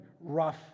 rough